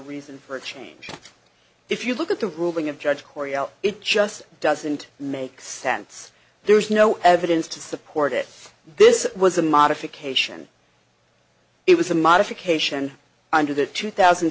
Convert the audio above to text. reason for a change if you look at the ruling of judge corey out it just doesn't make sense there's no evidence to support it this was a modification it was a modification under the two thousand